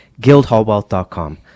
guildhallwealth.com